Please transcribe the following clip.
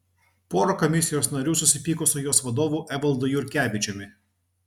pora komisijos narių susipyko su jos vadovu evaldu jurkevičiumi